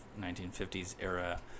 1950s-era